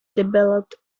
developed